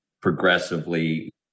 progressively